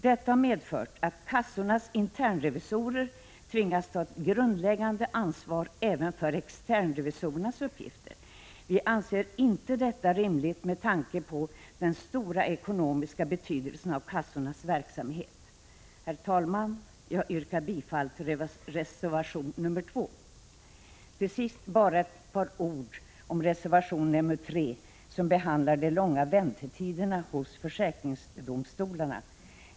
Detta har medfört att kassornas internrevisorer tvingas ta ett grundläggande ansvar även för externrevisorernas uppgifter. Vi anser inte det är rimligt med tanke på den stora ekonomiska betydelsen av kassornas verksamhet. Herr talman! Jag yrkar bifall till reservation 2. Till sist bara ett par ord om reservation 3, som handlar om de långa väntetiderna hos försäkringsdomstolarna.